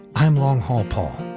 i'm long haul paul.